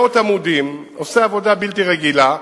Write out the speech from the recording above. מאות עמודים, עושה עבודה בלתי רגילה.